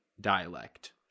dialect